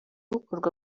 bukorwa